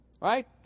Right